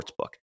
Sportsbook